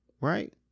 right